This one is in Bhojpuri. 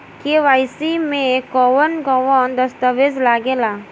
के.वाइ.सी में कवन कवन दस्तावेज लागे ला?